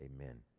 amen